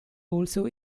also